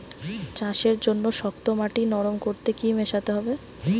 চাষের জন্য শক্ত মাটি নরম করতে কি কি মেশাতে হবে?